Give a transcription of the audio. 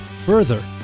Further